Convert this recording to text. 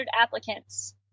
applicants